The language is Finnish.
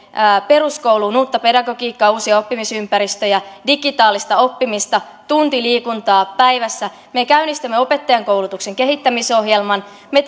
peruskouluun uutta pedagogiikkaa uusia oppimisympäristöjä digitaalista oppimista tunti liikuntaa päivässä me käynnistämme opettajankoulutuksen kehittämisohjelman me